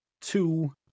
two